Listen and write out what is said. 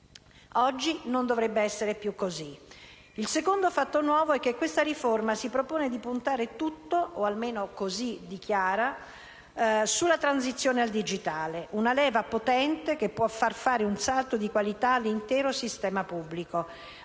Oggi non dovrebbe più essere così. Il secondo fatto nuovo è che questa riforma si propone di puntare tutto - o almeno così dichiara - sulla transizione al digitale: una leva potente, che può far fare un salto di qualità all'intero sistema pubblico